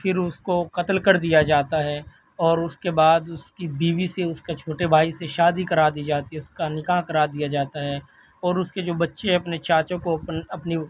پھر اس کو قتل کر دیا جاتا ہے اور اس کے بعد اس کی بیوی سے اس کے چھوٹے بھائی سے شادی کرا دی جاتی ہے اس کا نکاح کرا دیا جاتا ہے اور اس کے جو بچے ہیں اپنے چاچا کو اپنی